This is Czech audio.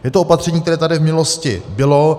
Je to opatření, které tady v minulosti bylo.